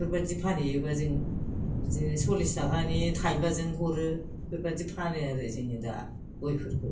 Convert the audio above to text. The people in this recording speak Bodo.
बेफोरबायदि फानहैयोब्ला जों बिदिनो सल्लिस थाखानि थाइबाजों हरो बेफोरबायदि फानो आरो जोङो दा गयफोरखौ